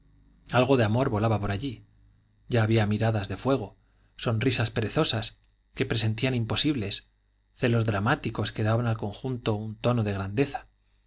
algo de amor volaba por allí ya había miradas de fuego sonrisas perezosas que presentían imposibles celos dramáticos que daban al conjunto un tono de grandeza